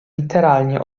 literalnie